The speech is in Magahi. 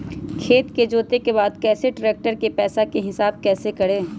खेत जोते के बाद कैसे ट्रैक्टर के पैसा का हिसाब कैसे करें?